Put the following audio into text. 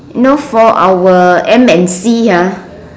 you know for our M_N_C ah